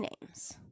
names